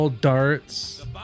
darts